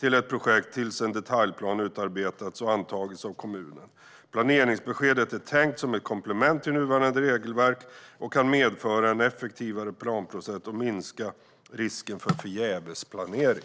till ett projekt tills en detaljplan utarbetats och antagits av kommunen. Planeringsbeskedet är tänkt som ett komplement till nuvarande regelverk och kan medföra en effektivare planprocess och minska risken för "förgävesplanering".